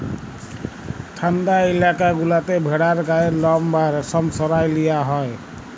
ঠাল্ডা ইলাকা গুলাতে ভেড়ার গায়ের লম বা রেশম সরাঁয় লিয়া হ্যয়